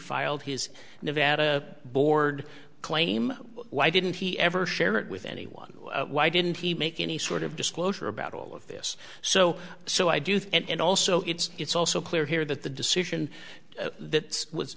filed his nevada board claim why didn't he ever share it with anyone why didn't he make any sort of disclosure about all of this so so i do think and also it's it's also clear here that the decision that was